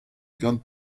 gant